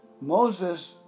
Moses